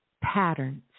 patterns